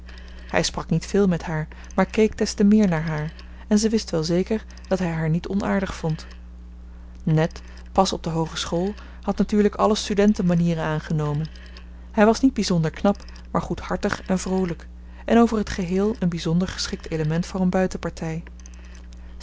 hij sprak niet veel met haar maar keek des te meer naar haar en ze wist wel zeker dat hij haar niet onaardig vond ned pas op de hoogeschool had natuurlijk alle studenten manieren aangenomen hij was niet bijzonder knap maar goedhartig en vroolijk en over t geheel een bizonder geschikt element voor een